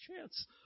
chance